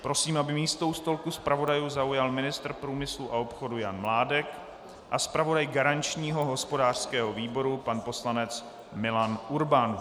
Prosím, aby místo u stolku zpravodajů zaujal ministr průmyslu a obchodu Jan Mládek a zpravodaj garančního hospodářského výboru pan poslanec Milan Urban.